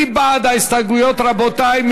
מי בעד ההסתייגויות, רבותי?